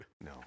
No